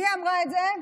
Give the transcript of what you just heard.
מי אמרה את זה?